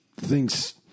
thinks